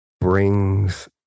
brings